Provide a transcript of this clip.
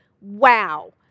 Wow